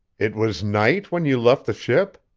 it was night when you left the ship?